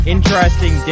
Interesting